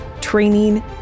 training